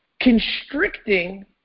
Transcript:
constricting